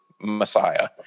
Messiah